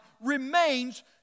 remains